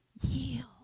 yield